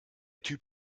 typ